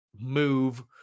move